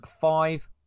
five